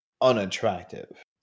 unattractive